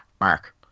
Mark